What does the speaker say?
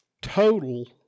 total